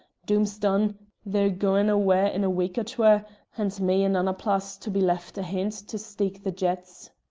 doom's done they're gaun awa' in a week or twa, and me and annapla's to be left ahint to steek the yetts.